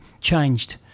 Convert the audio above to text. changed